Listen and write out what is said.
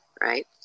right